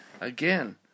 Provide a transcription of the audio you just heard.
Again